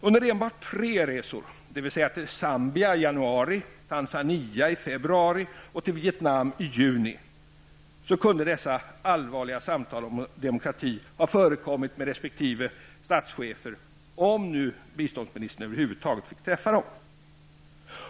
Under enbart tre resor dvs. till Zambia i januari, till Tanzania i februari och till Vietnam i juni kunde dessa allvarliga samtal om demokrati ha förekommit med resp. statschefer, om nu biståndsministern över huvud taget fick träffa dem.